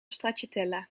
stracciatella